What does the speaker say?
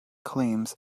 claims